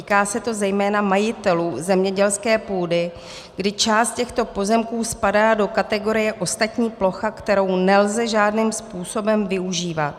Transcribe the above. Týká se to zejména majitelů zemědělské půdy, kdy část těchto pozemků spadá do kategorie ostatní plocha, kterou nelze žádným způsobem využívat.